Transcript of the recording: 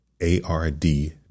A-R-D